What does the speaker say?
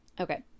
Okay